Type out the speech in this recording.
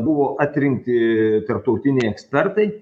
buvo atrinkti tarptautiniai ekspertai